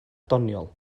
doniol